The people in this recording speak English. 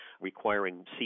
requiring